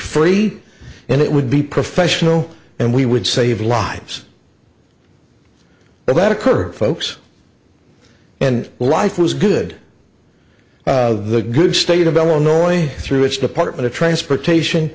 free and it would be professional and we would save lives but that occur folks and life was good of the good state of illinois through its department of transportation